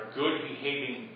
good-behaving